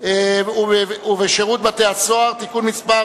אין מתנגדים, אין נמנעים.